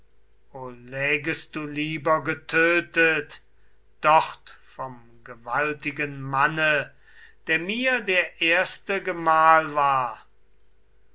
lägest du lieber getötet dort vom gewaltigen manne der mir der erste gemahl war